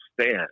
stand